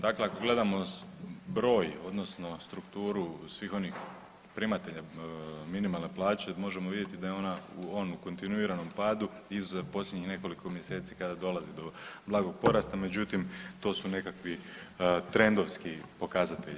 Dakle, ako gledamo broj, odnosno strukturu svih onih primatelja minimalne plaće, možemo vidjeti da je ona u onom kontinuiranom padu, izuzet posljednjih nekoliko mjeseci kada dolazi do blagog porasta, međutim, to su nekakvi trendovski pokazatelji.